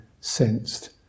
sensed